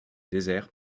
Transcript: désert